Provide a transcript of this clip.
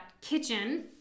kitchen